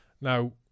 Now